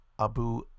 Abu